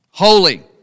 holy